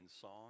song